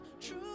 True